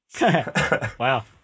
Wow